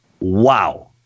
wow